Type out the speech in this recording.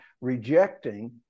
rejecting